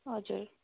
हजुर